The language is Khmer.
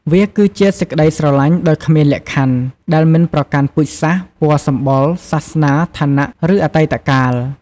វាគឺជាសេចក្ដីស្រឡាញ់ដោយគ្មានលក្ខខណ្ឌ ដែលមិនប្រកាន់ពូជសាសន៍ ពណ៌សម្បុរ សាសនា ឋានៈ ឬអតីតកាល។